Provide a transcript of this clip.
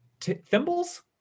thimbles